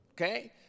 Okay